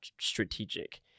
strategic